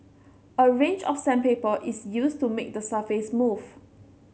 a range of sandpaper is used to make the surface smooth